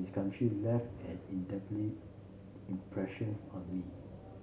his country left an indelible impressions on me